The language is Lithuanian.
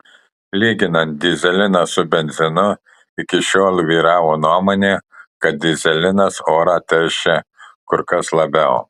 lyginant dyzeliną su benzinu iki šiol vyravo nuomonė kad dyzelinas orą teršia kur kas labiau